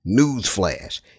newsflash